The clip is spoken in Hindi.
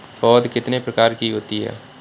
पौध कितने प्रकार की होती हैं?